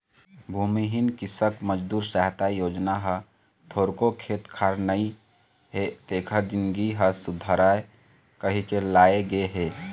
भूमिहीन कृसक मजदूर सहायता योजना ह थोरको खेत खार नइ हे तेखर जिनगी ह सुधरय कहिके लाए गे हे